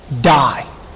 die